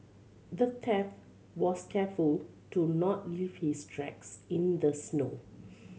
the thief was careful to not leave his tracks in the snow